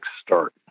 start